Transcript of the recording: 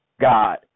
God